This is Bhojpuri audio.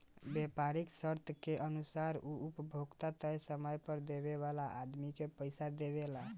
व्यापारीक शर्त के अनुसार उ उपभोक्ता तय समय पर देवे वाला आदमी के पइसा देवेला